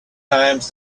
times